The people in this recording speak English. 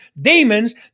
demons